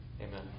Amen